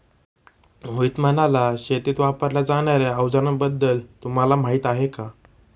मोहित म्हणाला, शेतीत वापरल्या जाणार्या अवजारांबद्दल तुम्हाला माहिती आहे का?